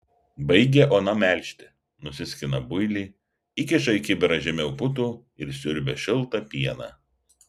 baigia ona melžti nusiskina builį įkiša į kibirą žemiau putų ir siurbia šiltą pieną